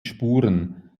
spuren